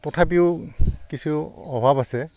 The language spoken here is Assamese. তথাপিও কিছু অভাৱ আছে